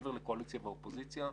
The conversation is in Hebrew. מעבר לקואליציה ואופוזיציה.